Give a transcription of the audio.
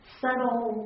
subtle